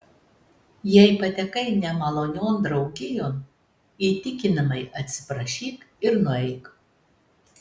jei patekai nemalonion draugijon įtikinamai atsiprašyk ir nueik